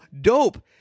dope